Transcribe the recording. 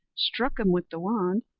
struck him with the wand,